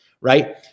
Right